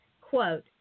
quote